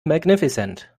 magnificent